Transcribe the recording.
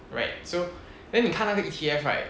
right so then 你看那个 E_T_F right